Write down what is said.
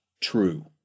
true